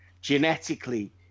Genetically